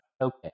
Okay